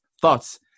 thoughts